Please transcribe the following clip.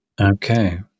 Okay